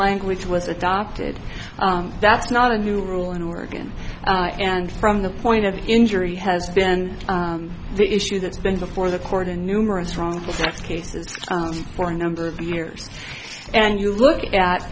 language was adopted that's not a new rule in oregon and from the point of injury has been the issue that's been before the court in numerous wrongful sex cases for a number of years and you look at